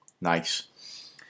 Nice